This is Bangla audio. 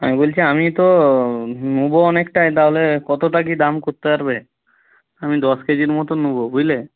আমি বলছি আমি তো নেব অনেকটাই তাহলে কতটা কী দাম করতে পারবে আমি দশ কেজির মতো নেব বুঝলে